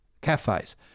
cafes